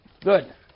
Good